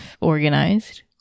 organized